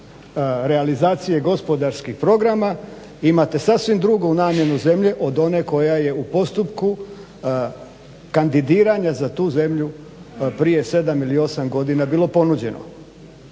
realizacije gospodarskih programa. Imate sasvim drugu namjenu zemlje od one koja je u postupku kandidiranja za tu zemlju prije sedam ili osam godina bilo ponuđeno.